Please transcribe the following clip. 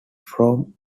form